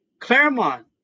Claremont